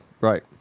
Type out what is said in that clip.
Right